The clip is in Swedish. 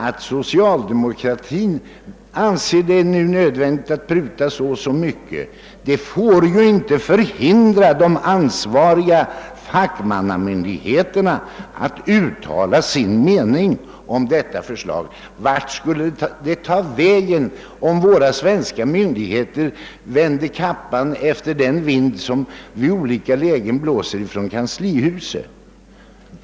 Att socialdemokratin anser det nödvändigt att pruta så eller så mycket får inte förhindra de ansvariga militära myndigheterna att uttala sin mening om förslaget. Vart skulle det ta vägen om våra svenska myndigheter vände kappan efter den vind som vid olika lägen blåser från kanslihuset?